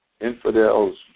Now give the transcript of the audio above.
infidels